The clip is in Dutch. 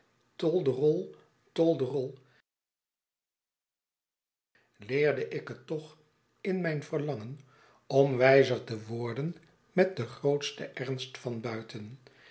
leerde ik het toch in mijn verlangen om wijzer te worden met den grootsten ernst van buiten